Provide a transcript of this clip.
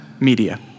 Media